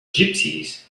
gypsies